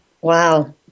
Wow